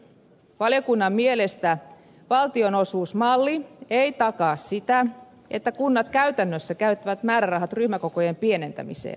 valiokunnan mielestä valtionosuusmalli ei takaa sitä että kunnat käytännössä käyttävät määrärahat ryhmäkokojen pienentämiseen